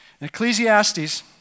Ecclesiastes